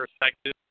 perspective